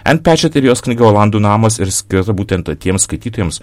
en pečit ir jos knyga olandų namas ir skirta būtent tiems skaitytojams